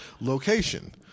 location